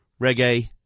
reggae